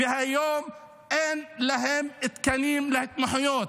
והיום אין להם תקנים להתמחויות.